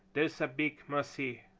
there's a big, mossy,